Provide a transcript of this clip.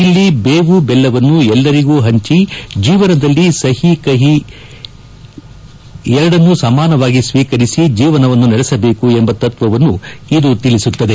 ಇಲ್ಲಿ ಬೇವು ಬೆಲ್ಲವನ್ನು ಎಲ್ಲರಿಗೂ ಪಂಚಿ ಜೀವನದಲ್ಲಿ ಸಿಹಿ ಕೆಹಿ ಎರಡನ್ನೂ ಸಮಾನವಾಗಿ ಸ್ತೀಕರಿಸಿ ಜೀವನವನ್ನು ನಡೆಸಬೇಕು ಎಂಬ ತತ್ವವನ್ನು ಇದು ತಿಳಿಸುತ್ತದೆ